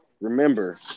remember